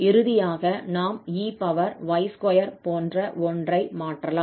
இறுதியாக நாம் ey2 போன்ற ஒன்றை மாற்றலாம்